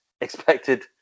expected